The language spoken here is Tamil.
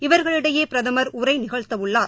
இவர்களிடையேபிரதமர் உரைநிகழ்த்தஉள்ளார்